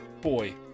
Boy